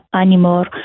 anymore